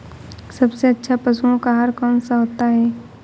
सबसे अच्छा पशुओं का आहार कौन सा होता है?